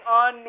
on